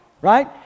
right